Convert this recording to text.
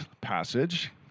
passage